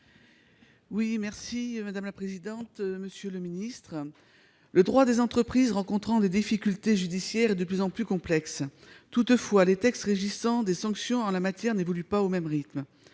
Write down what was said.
libellé : La parole est à Mme Jocelyne Guidez. Le droit des entreprises rencontrant des difficultés judiciaires est de plus en plus complexe. Toutefois, les textes régissant les sanctions en la matière n'évoluent pas au même rythme.